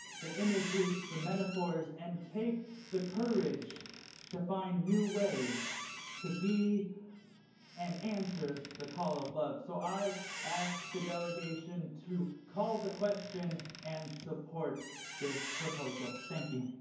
the images, the metaphor metaphors, and take the courage to find new ways to be and answer the call of love. so i ask the delegation to call the question and support this proposal. thank you.